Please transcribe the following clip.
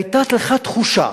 והיתה לך תחושה